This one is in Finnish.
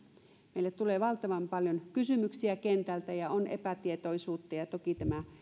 meille tulee valtavan paljon kysymyksiä kentältä ja on epätietoisuutta toki tämä